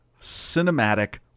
cinematic